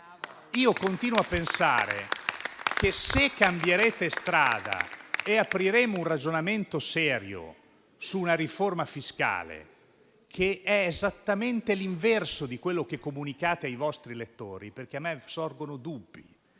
Continuo a pensare che dobbiate cambiare strada e aprire un ragionamento serio su una riforma fiscale che è esattamente l'inverso di quello che comunicate ai vostri elettori. A me sorgono dubbi